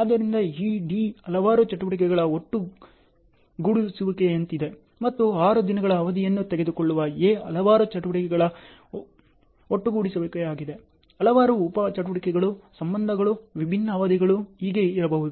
ಆದ್ದರಿಂದ ಈ D ಹಲವಾರು ಚಟುವಟಿಕೆಗಳ ಒಟ್ಟುಗೂಡಿಸುವಿಕೆಯಂತಿದೆ ಮತ್ತು 6 ದಿನಗಳ ಅವಧಿಯನ್ನು ತೆಗೆದುಕೊಳ್ಳುವ A ಹಲವಾರು ಚಟುವಟಿಕೆಗಳ ಒಟ್ಟುಗೂಡಿಸುವಿಕೆಯಾಗಿದೆ ಹಲವಾರು ಉಪ ಚಟುವಟಿಕೆಗಳು ಸಂಬಂಧಗಳು ವಿಭಿನ್ನ ಅವಧಿಗಳು ಹೀಗೆ ಇರಬಹುದು